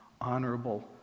honorable